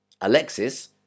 Alexis